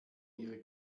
ihre